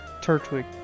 Turtwig